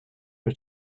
per